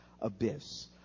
abyss